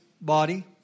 body